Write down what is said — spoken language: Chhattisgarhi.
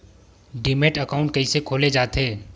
डीमैट अकाउंट कइसे खोले जाथे?